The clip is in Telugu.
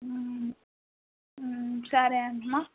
సరే అమ్మా